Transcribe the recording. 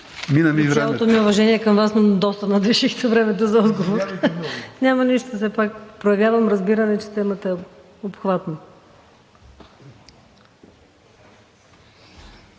Мина ми времето.